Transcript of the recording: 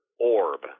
orb